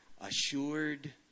assured